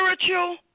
spiritual